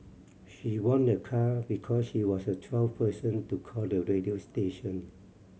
she won a car because she was the twelfth person to call the radio station